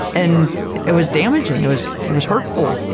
and it was damaging, it was it was hurtful,